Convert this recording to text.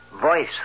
voice